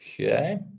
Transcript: Okay